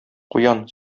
куян